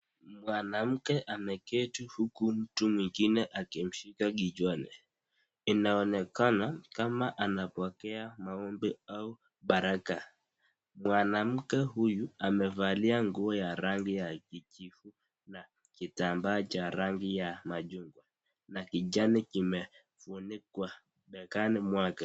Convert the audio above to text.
Mwanamke ameketi huku mtu mwingine akimshika kichwani inaonekana ni kama anapokea maombi au baraka. Mwanamke huyu amevalia nguo ya rangi ya kijivu na kitambaa cha rangi ya machungwa na kijani kimefunikwa begani mwake.